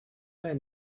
and